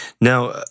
Now